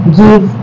give